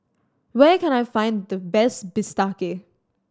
where can I find the best bistake